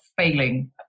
failing